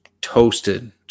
toasted –